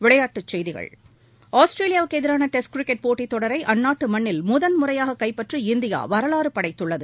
விளையாட்டுச் செய்திகள் ஆஸ்திரேலியாவுக்கு எதிரான டெஸ்ட் கிரிக்கெட் போட்டி தொடரை அந்நாட்டு மண்ணில் முதன் முறையாக கைப்பற்றி இந்தியா வரலாறு படைத்துள்ளது